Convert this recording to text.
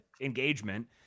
engagement